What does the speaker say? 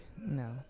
no